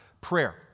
prayer